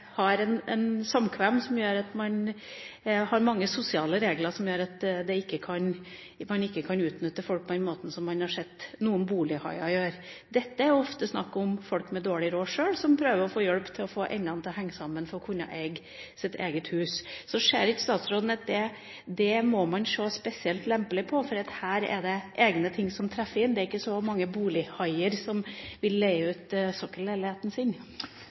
har et samkvem som gjør at man har mange sosiale regler. Dette gjør at man ikke kan utnytte folk på den måten man har sett at noen bolighaier gjør. Dette er ofte snakk om folk med dårlig råd sjøl, som prøver å få hjelp til å få endene til å møtes for å kunne eie sitt eget hus. Ser ikke statsråden at det må man se spesielt lempelig på, fordi det er egne ting som treffer inn? Det er ikke så mange bolighaier som vil leie ut sokkelleiligheten sin.